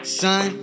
son